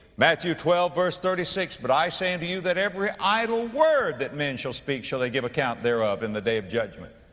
matthew twelve verse thirty six, but i and you, that every idle word that men shall speak, shall they give account thereof in the day of judgment.